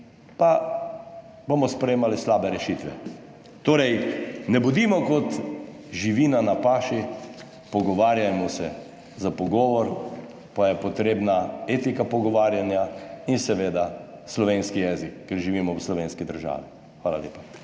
pa bomo sprejemali slabe rešitve. Torej ne bodimo kot živina na paši, pogovarjajmo se. Za pogovor pa je potrebna etika pogovarjanja in seveda slovenski jezik, ker živimo v slovenski državi. Hvala lepa.